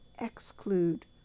exclude